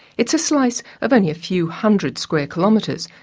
it's a slice of only a few hundred square kilometres,